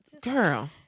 Girl